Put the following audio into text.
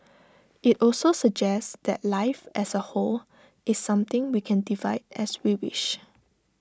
IT also suggests that life as A whole is something we can divide as we wish